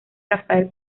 rafael